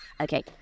Okay